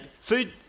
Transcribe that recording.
Food